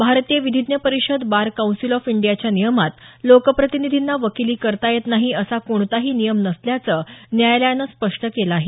भारतीय विधिज्ञ परिषद बार कौन्सिल ऑफ इंडियाच्या नियमात लोकप्रतिनिधींना वकीली करता येत नाही असा कोणताही नियम नसल्याचं न्यायालयानं स्पष्ट केलं आहे